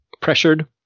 pressured